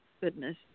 Goodness